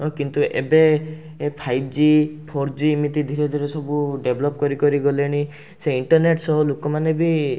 କିନ୍ତୁ ଏବେ ଏ ଫାଇପ୍ ଜି ଫୋର୍ ଜି ଏମିତି ଧିରେଧିରେ ସବୁ ଡେଭଲପ୍ କରିକରି ଗଲେଣି ସେ ଇଣ୍ଟରନେଟ୍ ସହ ଲୋକମାନେ ବି